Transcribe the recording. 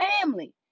family